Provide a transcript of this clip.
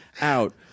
out